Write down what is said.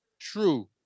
true